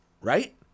Right